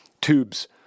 tubes